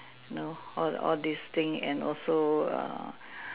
know all all these thing and also err